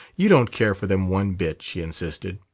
you don't care for them one bit, she insisted.